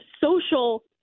social